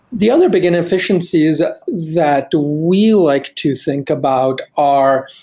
the other big inefficiencies that we like to think about are